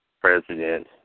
President